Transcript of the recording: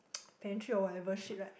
pantry or whatever shit right